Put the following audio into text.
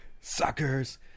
suckers